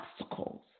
obstacles